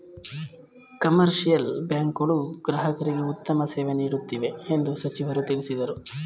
commercial bank ಗಳು ಗ್ರಾಹಕರಿಗೆ ಉತ್ತಮ ಸೇವೆ ನೀಡುತ್ತಿವೆ ಎಂದು ಸಚಿವರು ತಿಳಿಸಿದರು